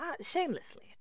shamelessly